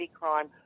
crime